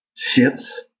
Ships